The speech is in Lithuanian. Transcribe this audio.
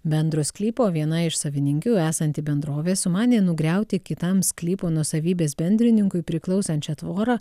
bendro sklypo viena iš savininkių esanti bendrovė sumanė nugriauti kitam sklypo nuosavybės bendrininkui priklausančią tvorą